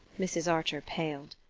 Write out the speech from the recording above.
mrs. archer paled.